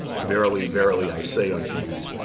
verily, verily, i say unto you,